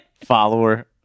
follower